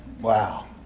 wow